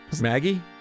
Maggie